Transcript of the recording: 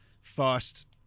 first